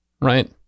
Right